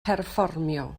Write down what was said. perfformio